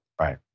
Right